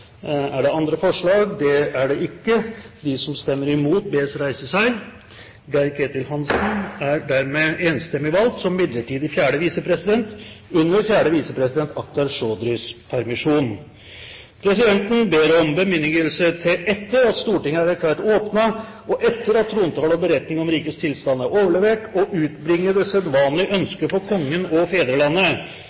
midlertidig fjerde visepresident. – Andre forslag foreligger ikke. Presidenten ber om bemyndigelse til, etter at Stortinget er erklært åpnet, og etter at trontalen og beretningen om rikets tilstand er overlevert, å utbringe det sedvanlige ønske for Kongen og fedrelandet